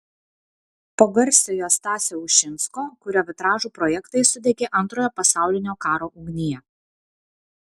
po garsiojo stasio ušinsko kurio vitražų projektai sudegė antrojo pasaulinio karo ugnyje